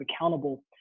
accountable